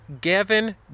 Gavin